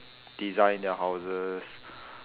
design their houses